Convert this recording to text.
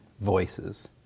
voices